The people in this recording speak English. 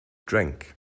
drink